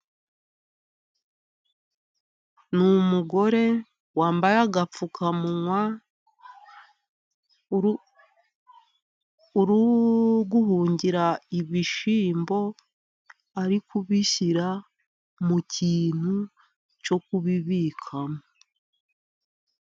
Ni umugore wambaye agapfukamunwa, uri guhungira ibishyimbo, ari kubishyira mu kintu cyo kubibikamo.